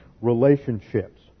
relationships